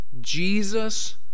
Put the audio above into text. Jesus